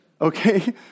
okay